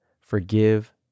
forgive